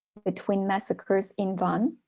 between massacres in van,